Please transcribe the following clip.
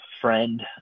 friend